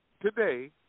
today